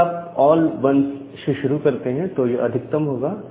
अगर आप all 1s से शुरू करते हैं तो यह अधिकतम होगा